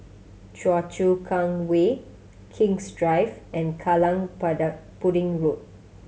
Choa Chu Kang Way King's Drive and Kallang Pudding Road